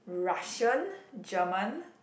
Russian German